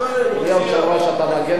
אדוני היושב-ראש, אתה מגן עלי?